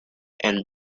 and